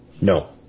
No